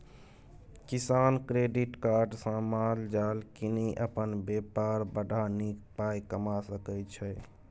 किसान credit card सँ माल जाल कीनि अपन बेपार बढ़ा नीक पाइ कमा सकै छै